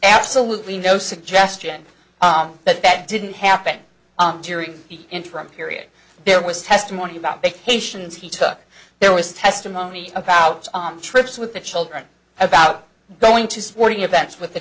absolutely no suggestion that that didn't happen during the interim period there was testimony about vacations he took there was testimony of powers on trips with the children about going to sporting events with the